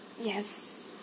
yes